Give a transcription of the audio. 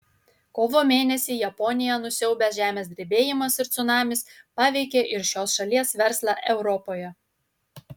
kovo mėnesį japoniją nusiaubęs žemės drebėjimas ir cunamis paveikė ir šios šalies verslą europoje